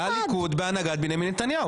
הליכוד בהנהגת בנימין נתניהו,